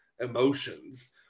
emotions